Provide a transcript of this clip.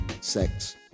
Sex